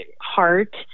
heart